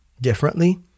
differently